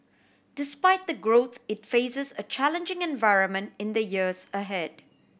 despite the growth it faces a challenging environment in the years ahead